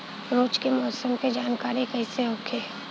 रोज के मौसम के जानकारी कइसे होखि?